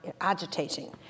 agitating